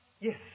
Yes